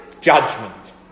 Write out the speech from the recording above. judgment